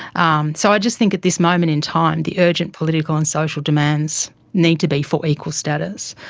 um so just think at this moment in time, the urgent political and social demands need to be for equal status.